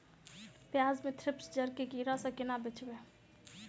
प्याज मे थ्रिप्स जड़ केँ कीड़ा सँ केना बचेबै?